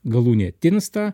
galūnė tinsta